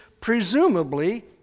presumably